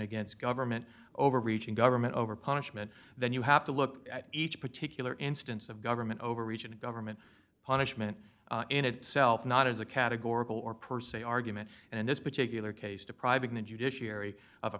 against government overreaching government over punishment then you have to look at each particular instance of government overreach and government punishment in itself not as a categorical or per se argument and in this particular case depriving the judiciary of a